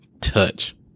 touch